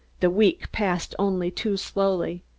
the week passed only too slowly.